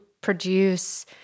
produce